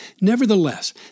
Nevertheless